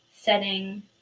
setting